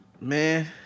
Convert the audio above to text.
Man